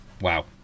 wow